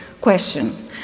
question